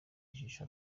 ijisho